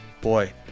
Boy